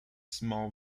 small